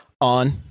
on